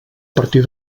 partir